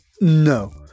No